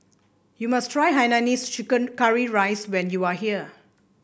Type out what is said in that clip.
you must try Hainanese Chicken Curry Rice when you are here